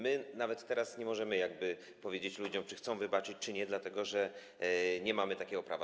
My nawet teraz nie możemy powiedzieć ludziom, czy chcą wybaczyć czy nie, dlatego że nie mamy takiego prawa.